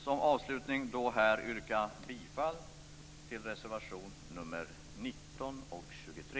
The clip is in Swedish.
Som avslutning vill jag yrka bifall till reservationerna nr 19 och 23.